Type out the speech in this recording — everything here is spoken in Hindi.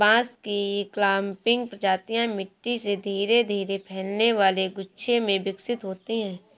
बांस की क्लंपिंग प्रजातियां मिट्टी से धीरे धीरे फैलने वाले गुच्छे में विकसित होती हैं